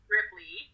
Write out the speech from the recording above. Ripley